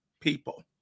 people